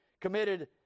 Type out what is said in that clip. committed